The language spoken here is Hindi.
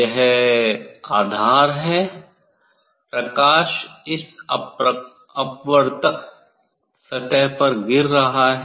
यह आधार है प्रकाश इस अपवर्तक सतह पर गिर रहा है